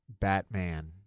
batman